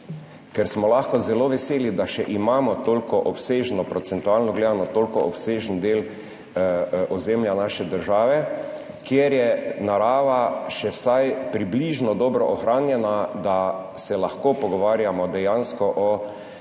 ker smo lahko zelo veseli, da še imamo toliko obsežno, procentualno gledano, toliko obsežen del ozemlja naše države, kjer je narava še vsaj približno dobro ohranjena, da se lahko pogovarjamo dejansko o